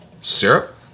syrup